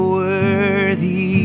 worthy